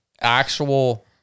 actual